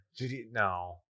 No